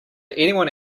anyone